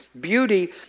beauty